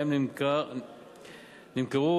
שבהם נמכרו,